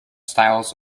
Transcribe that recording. styles